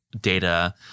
data